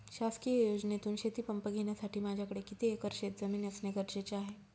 शासकीय योजनेतून शेतीपंप घेण्यासाठी माझ्याकडे किती एकर शेतजमीन असणे गरजेचे आहे?